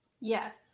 yes